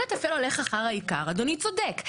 אם התפל הולך אחר העיקר אדוני צודק.